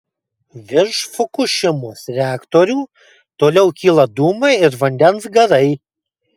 virš fukušimos reaktorių toliau kyla dūmai ir vandens garai